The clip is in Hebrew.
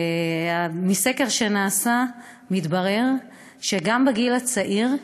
מסקר שנעשה מתברר שגם בגיל הצעיר,